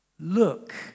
Look